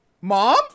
mom